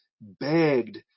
begged